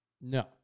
no